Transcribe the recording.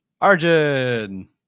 arjun